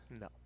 No